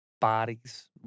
bodies